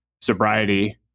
sobriety